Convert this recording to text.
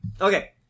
Okay